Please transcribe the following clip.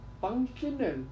FUNCTIONAL